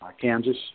Kansas